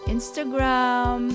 Instagram